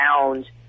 found